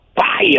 fire